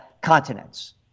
continents